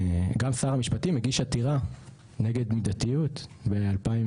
גם שר המשפטים הגיש עתירה נגד מידתיות ב- 2006,